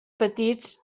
petits